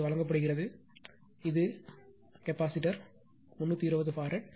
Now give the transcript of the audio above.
வழங்கப்படுகிறது இது 320 ஃபாரட்